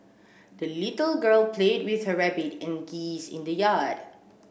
the little girl played with her rabbit and geese in the yard